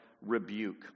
rebuke